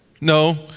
no